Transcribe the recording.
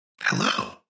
Hello